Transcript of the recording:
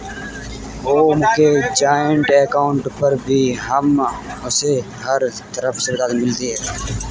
ओम के joint account पर भी उसे हर तरह की सुविधा मिलती है